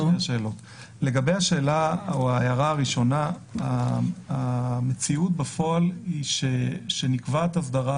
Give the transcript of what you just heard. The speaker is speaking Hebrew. לגבי ההערה הראשונה המציאות בפועל היא שנקבעת אסדרה